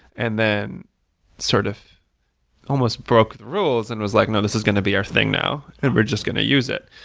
and then sort of almost broke the rules and was like, no. this is going to be our thing now and were just going to use it.